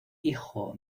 hijo